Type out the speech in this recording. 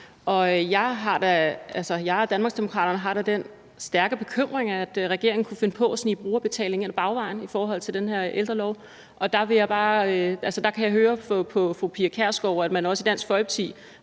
jeg og Danmarksdemokraterne har da den stærke bekymring, at regeringen kunne finde på at snige brugerbetaling ind ad bagvejen i forhold til den her ældrelov. Der kan jeg høre på fru Pia Kjærsgaard, at man også i Dansk Folkeparti